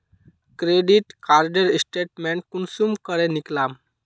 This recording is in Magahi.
क्रेडिट कार्डेर स्टेटमेंट कुंसम करे निकलाम?